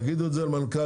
תגידו למנכ"ל.